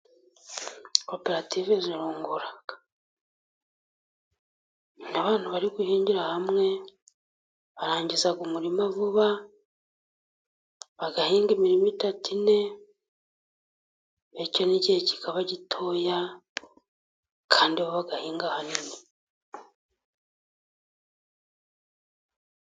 Koperative zirungura, iyo abantu bari guhingira hamwe barangiza umurima vuba, bagahinga imirima itatu ine, bityo n'igihe kikaba gitoya kandi bo bagahinga hanini.